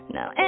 Now